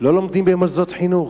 לא לומדים במוסדות חינוך.